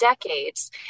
decades